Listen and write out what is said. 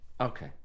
Okay